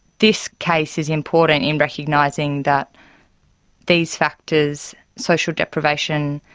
this case is important in recognising that these factors, social deprivation,